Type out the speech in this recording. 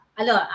alo